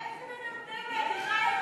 איזה מנמנמת?